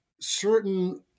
certain